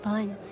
Fine